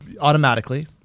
automatically